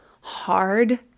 hard